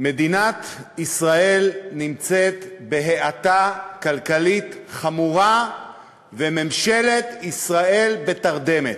מדינת ישראל נמצאת בהאטה כלכלית חמורה וממשלת ישראל בתרדמת.